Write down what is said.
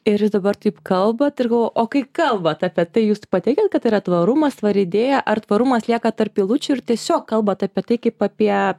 ir jūs dabar taip kalbat ir galvoju o kai kalbat apie tai jūs pateikiat kad tai yra tvarumas tvari idėja ar tvarumas lieka tarp eilučių ir tiesiog kalbat apie tai kaip apie